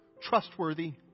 trustworthy